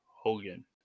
Hogan